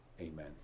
Amen